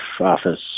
office